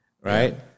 right